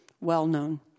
well-known